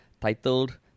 titled